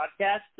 Podcast